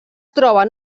troben